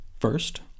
First